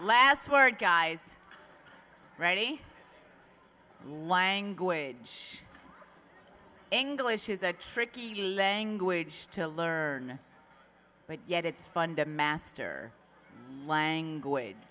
last word guys ready language english is that tricky language to learn but yet it's funded master language